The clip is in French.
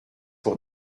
pour